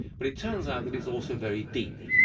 but it turns out that it's also very deep,